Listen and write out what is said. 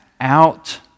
out